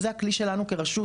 וזה הכלי שלנו כרשות,